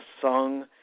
song